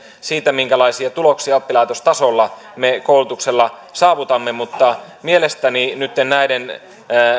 siitä minkälaisia tuloksia oppilaitostasolla me koulutuksella saavutamme mutta mielestäni nytten